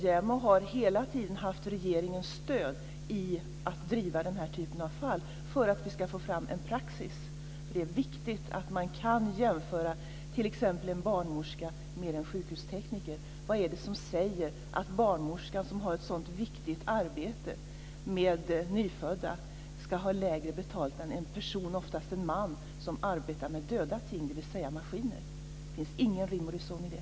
JämO har hela tiden haft regeringens stöd när det gäller att driva den här typen av fall för att få fram en praxis. Det är viktigt att man kan jämföra t.ex. en barnmorska med en sjukhustekniker. Vad är det som säger att barnmorskan som har ett så viktigt arbete med nyfödda ska ha lägre betalt än en person, oftast en man, som arbetar med döda ting, dvs. maskiner? Det finns ingen rim och reson i det.